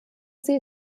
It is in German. sie